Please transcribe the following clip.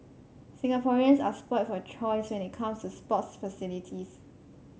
Singaporeans are spoilt for choice when it comes to sports facilities